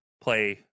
play